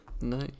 No